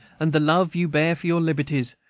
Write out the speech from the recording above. and the love you bear for your liberties,